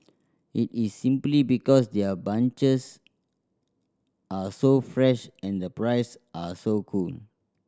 it is simply because their bunches are so fresh and the price are so cool